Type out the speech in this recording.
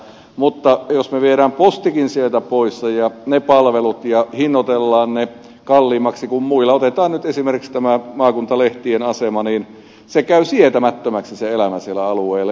mutta jos me viemme postinkin pois sieltä ja ne palvelut ja hinnoittelemme ne kalliimmiksi kuin muilla otetaan nyt esimerkiksi tämä maakuntalehtien asema niin elämä käy sietämättömäksi sillä alueella